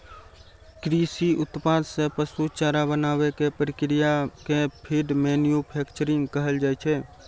कृषि उत्पाद सं पशु चारा बनाबै के प्रक्रिया कें फीड मैन्यूफैक्चरिंग कहल जाइ छै